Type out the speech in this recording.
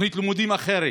תוכנית הלימודים אחרת.